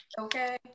Okay